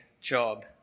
job